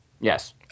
Yes